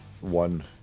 one